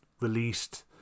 Released